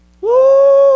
Woo